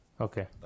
Okay